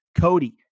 Cody